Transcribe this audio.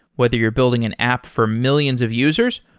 whether you're building an app for millions of users,